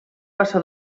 passa